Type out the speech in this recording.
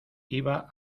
iba